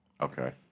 Okay